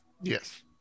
Yes